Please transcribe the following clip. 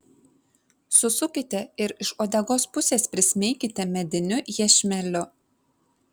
susukite ir iš uodegos pusės prismeikite mediniu iešmeliu